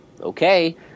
okay